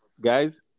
guys